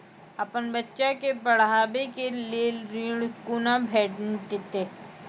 अपन बच्चा के पढाबै के लेल ऋण कुना भेंटते?